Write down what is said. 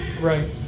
right